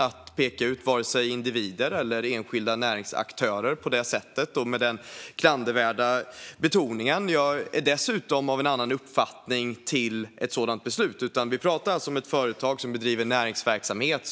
Man ska inte peka ut vare sig individer eller enskilda näringsaktörer på det sättet och med den klandrande betoningen. Jag är dessutom av en annan uppfattning om ett sådant beslut. Vi talar om ett företag som bedriver näringsverksamhet.